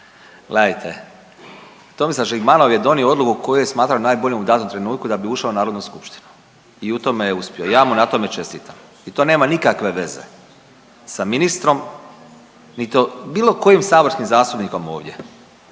gledajte Tomislav Žigmanov je donio odluku koju je smatrao najboljom u datom trenutku da bi ušao u narodnu skupštinu i u tome je uspio. Ja mu na tome čestitam i to nema nikakve veze sa ministrom niti bilo kojim saborskim zastupnikom ovdje